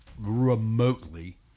remotely